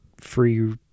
free